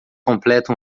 completa